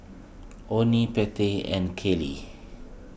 oney Pattie and Kaylee